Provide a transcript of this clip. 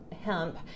hemp